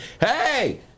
hey